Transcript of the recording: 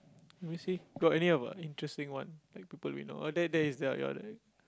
let me see got any of uh interesting one like people we know oh there there is the your right